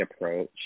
approach